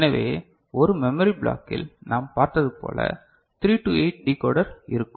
எனவே ஒரு மெமரி பிளாக்கில் நாம் பார்த்தது போல 3 டு 8 டிகோடர் இருக்கும்